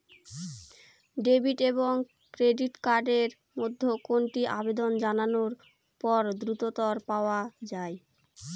Debit এবং credit card এর মধ্যে কোনটি আবেদন জানানোর পর দ্রুততর পাওয়া য়ায়?